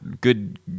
good